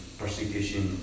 persecution